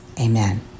Amen